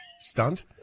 stunt